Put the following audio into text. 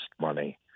money